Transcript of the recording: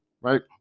right